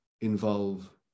involve